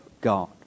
God